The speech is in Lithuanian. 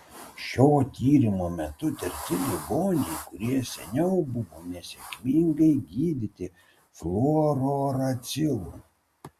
šio tyrimo metu tirti ligoniai kurie seniau buvo nesėkmingai gydyti fluorouracilu